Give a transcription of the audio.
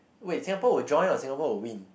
wait Singapore will join or Singapore will win